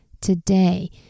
today